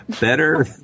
Better